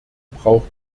braucht